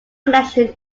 connection